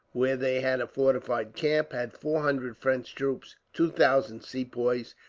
where they had a fortified camp, had four hundred french troops, two thousand sepoys,